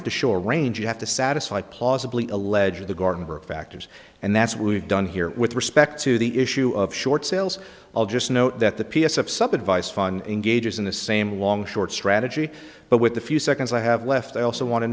have to show a range you have to satisfy plausibly allegedly gartenberg factors and that's what we've done here with respect to the issue of short sales i'll just note that the piece of sub advice fun engages in the same long short strategy but with the few seconds i have left i also want to